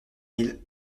mille